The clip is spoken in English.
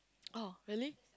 oh really